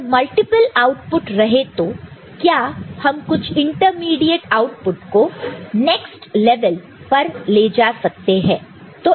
अगर multiple output रहे तो क्या हम कुछ इंटरमीडिएट आउटपुट को नेक्स्ट लेवल पर ले जा सकते हैं